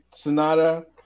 Sonata